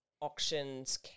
auctions